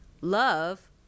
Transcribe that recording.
love